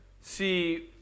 see